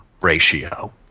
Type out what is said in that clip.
ratio